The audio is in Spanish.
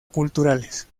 culturales